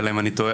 אלא אם אני טועה,